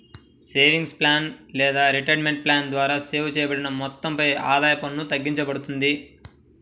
savings plan లేదా retirement plan ద్వారా save చేయబడిన మొత్తంపై ఆదాయ పన్ను తగ్గింపబడుతుంది